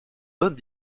bonne